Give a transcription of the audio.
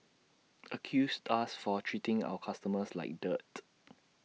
accused us for treating our customers like dirt